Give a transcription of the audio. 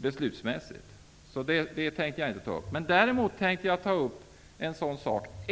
Det tänkte jag inte ta upp. Däremot tänkte jag ta upp en annan sak.